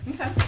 Okay